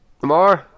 tomorrow